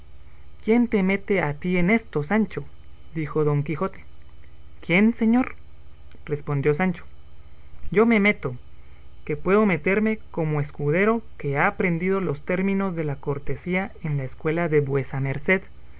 quién te mete a ti en esto sancho dijo don quijote quién señor respondió sancho yo me meto que puedo meterme como escudero que ha aprendido los términos de la cortesía en la escuela de vuesa merced